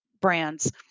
brands